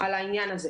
על העניין הזה,